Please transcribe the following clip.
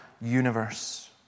universe